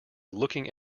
looking